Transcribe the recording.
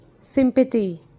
sympathy